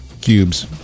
cubes